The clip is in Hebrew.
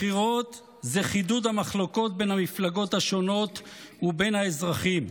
בחירות זה חידוד המחלוקות בין המפלגות השונות ובין האזרחים,